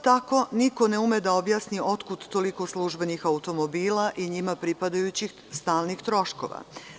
Tako, niko ne ume da objasni otkud toliko službenih automobila i njima pripadajućih stalnih troškova.